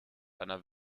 einer